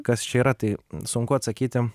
kas čia yra tai sunku atsakyti